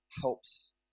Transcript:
helps